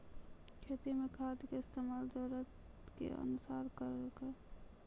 खेती मे खाद के इस्तेमाल जरूरत के अनुसार करऽ